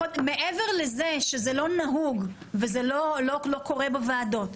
מעבר לזה שזה לא נהוג וזה לא קורה בוועדות,